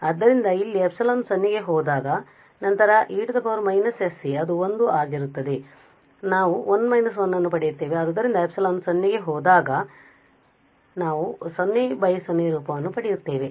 ಆದ್ದರಿಂದ ಇಲ್ಲಿ ε 0 ಗೆ ಹೋದಾಗ ನಂತರ e −sε ಅದು 1 ಆಗಿರುತ್ತದೆ ನಾವು 1 − 1 ಅನ್ನು ಪಡೆಯುತ್ತೇವೆ ಆದ್ದರಿಂದ ಈ ε 0 ಗೆ ಹೋದಾಗ ನಾವು 00 ರೂಪವನ್ನು ಪಡೆಯುತ್ತಿದ್ದೇವೆ